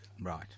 right